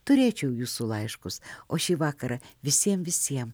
turėčiau jūsų laiškus o šį vakarą visiem visiem